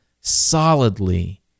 solidly